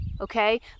okay